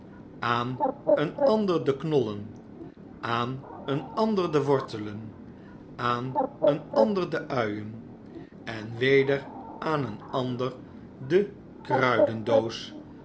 aan een ander de knollen aan een ander de wortelen aan een ander de uien en weder aan een ander de